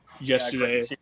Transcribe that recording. yesterday